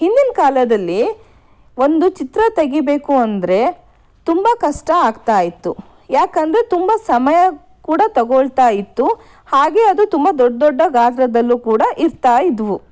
ಹಿಂದಿನ ಕಾಲದಲ್ಲಿ ಒಂದು ಚಿತ್ರ ತೆಗಿಬೇಕು ಅಂದರೆ ತುಂಬ ಕಷ್ಟ ಆಗ್ತಾ ಇತ್ತು ಯಾಕೆಂದರೆ ತುಂಬ ಸಮಯ ಕೂಡ ತಗೊಳ್ತಾ ಇತ್ತು ಹಾಗೆ ಅದು ತುಂಬ ದೊಡ್ಡ ದೊಡ್ಡ ಗಾತ್ರದಲ್ಲಿ ಕೂಡ ಇರ್ತಾ ಇದ್ದವು